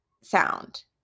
sound